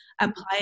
apply